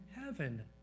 heaven